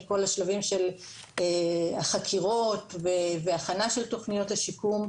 את כל השלבים של החקירות והכנה של תוכניות השיקום,